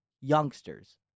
youngsters